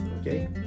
okay